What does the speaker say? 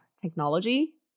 technology